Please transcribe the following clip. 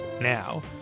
now